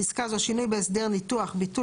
בפסקה ש- "שינוי בהסדר ניתוח" - ביטול